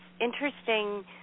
interesting